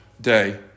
day